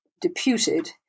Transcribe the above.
deputed